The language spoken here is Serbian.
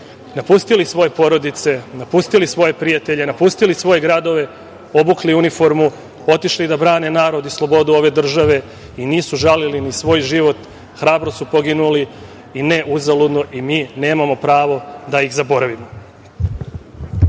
napustili svoje porodice, napustili svoje prijatelja, napustili svoje gradove, obukli uniformu, otišli da brane narod i slobodu ove države i nisu žalili ni svoj život, hrabro su poginuli i ne uzaludno i mi nemamo pravo da ih zaboravimo. Da